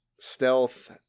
Stealth